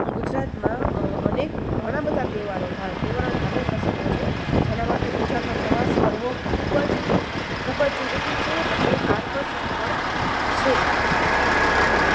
ગુજરાતમાં અનેક ઘણા બધા તહેવારો તેહવારો ધાર્મિક પ્રસંગો છે જેના માટે ગુજરાતનો પ્રવાસ કરવો ખૂબ જ ખૂબ જ જરૂરી છે અને આકર્ષક પણ છે ઓકે